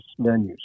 venues